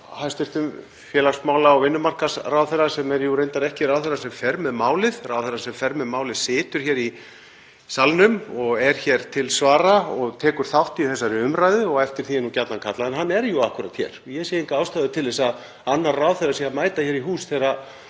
hæstv. félags- og vinnumarkaðsráðherra, sem er jú reyndar ekki ráðherrann sem fer með málið, ráðherrann sem fer með málið situr hér í salnum og er hér til svara og tekur þátt í þessari umræðu og eftir því er gjarnan kallað. En hann er jú akkúrat hér og ég sé enga ástæðu til þess að annar ráðherra sé að mæta hér í hús þegar